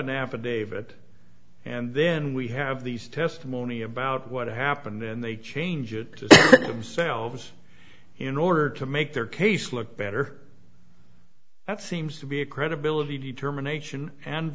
affidavit and then we have these testimony about what happened then they change it to themselves in order to make their case look better that seems to be a credibility determination and